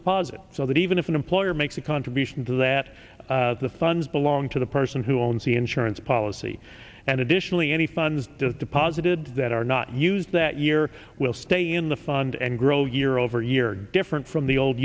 deposit so that even if an employer makes a contribution to that the funds belong to the person who owns the insurance policy and additionally any funds deposited that are not use that year will stay in the fund and grow year over year different from the old